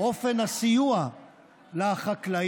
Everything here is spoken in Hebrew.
אופן הסיוע לחקלאים,